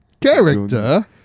Character